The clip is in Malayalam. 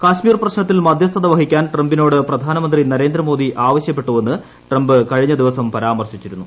കശ്മീർ പ്രശ്നത്തിൽ ് മധ്യിസ്ഥത വഹിക്കാൻ ട്രംപിനോട് പ്രധാനമന്ത്രി നരേന്ദ്രമോദി ആവശ്യപ്പെട്ടുവെന്ന് ട്രംപ് കഴിഞ്ഞ ദിവസം പരാമർശിച്ചിരുന്നു